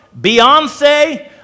Beyonce